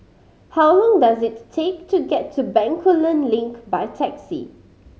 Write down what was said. how long does it take to get to Bencoolen Link by taxi